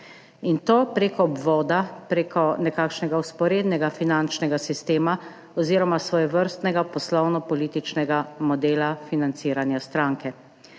in to prek obvoda, prek nekakšnega vzporednega finančnega sistema oziroma svojevrstnega poslovno-političnega modela financiranja stranke.